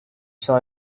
saw